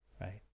Right